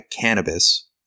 cannabis